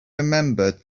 remembered